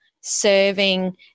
serving